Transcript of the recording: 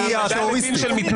היא הטרוריסטית.